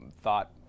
thought